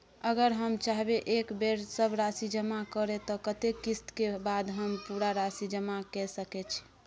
अगर हम चाहबे एक बेर सब राशि जमा करे त कत्ते किस्त के बाद हम पूरा राशि जमा के सके छि?